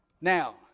Now